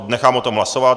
Nechám o tom hlasovat.